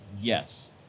yes